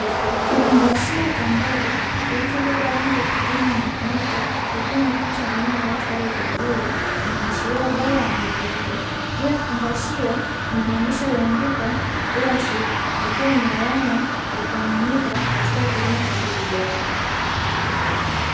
Kifungashio cha mbegu kilichobeba rangi ya kijani na nyeupe zikiwa na picha ya mmea uliostawi vizuri inaashiria ubora wa kifungashio hicho, juu yakifungashio kuna maneno yaliyoandikwa "EYASY" ikiwa Ni alama yakuami ika katika kilimo cha mbegu bora.